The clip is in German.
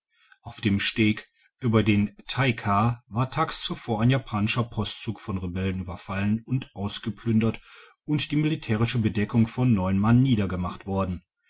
aut dem steg über den taika war tags zuvor ein japanischer postzug von rebellen überfalten und ausgeplündert und die militärische bedeckung von neuen mann niedergemacht worden